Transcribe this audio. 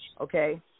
okay